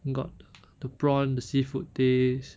you got the prawn the seafood taste